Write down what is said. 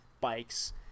bikes